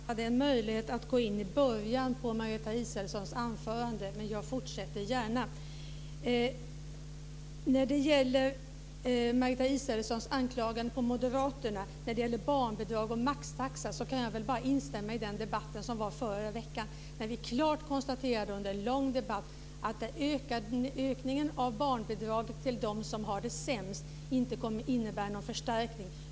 Fru talman! Jag såg en möjlighet att gå in i början av Margareta Israelsson anförande. Jag fortsätter gärna. Margareta Israelsson anklagar Moderaterna när det gäller barnbidrag och maxtaxa. Då vill jag bara instämma i den debatt som var förra veckan där vi under en lång debatt klart konstaterade att en ökning av barnbidraget till dem som har det sämst inte kommer innebära någon förstärkning.